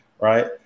right